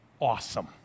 awesome